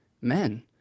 men